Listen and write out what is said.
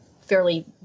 fairly